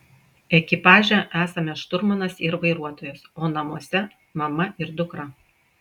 ekipaže esame šturmanas ir vairuotojas o namuose mama ir dukra